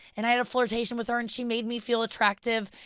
and i had a flirtation with her and she made me feel attractive,